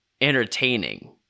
entertaining